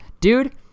Dude